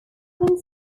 seven